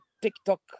TikTok